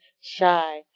shy